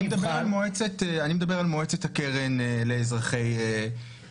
אחלה, אבל אני מדבר על מועצת הקרן לאזרחי ישראל.